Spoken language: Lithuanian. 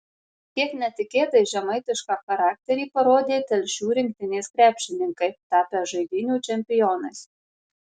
kiek netikėtai žemaitišką charakterį parodė telšių rinktinės krepšininkai tapę žaidynių čempionais